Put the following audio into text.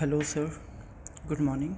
hello sir good morning